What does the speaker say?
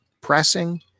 pressing